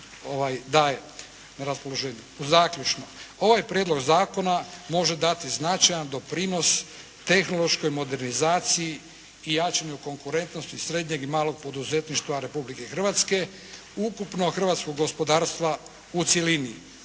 Zaključno. Ovaj prijedlog zakona može dati značajan doprinos tehnološkoj modernizaciji i jačanju konkurentnosti srednjeg i malog poduzetništva Republike Hrvatske, ukupnog hrvatskog gospodarstva u cjelini.